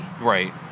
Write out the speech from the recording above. right